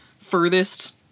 furthest